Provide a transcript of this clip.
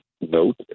note